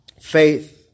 Faith